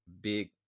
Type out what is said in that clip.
big